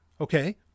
Okay